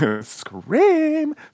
Scream